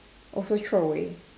also throw away